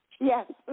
Yes